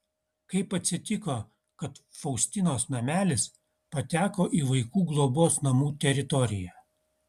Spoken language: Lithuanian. kaip atsitiko kad faustinos namelis pateko į vaikų globos namų teritoriją